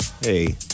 Hey